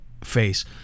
face